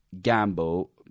gamble